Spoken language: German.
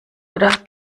oder